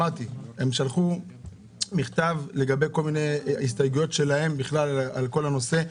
הם שלחו מכתב לגבי כל מיני הסתייגויות שלהם בכלל על כל הנושא,